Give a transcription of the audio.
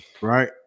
right